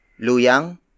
Luyang